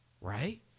right